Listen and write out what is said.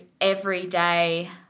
everyday